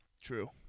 True